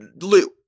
Lou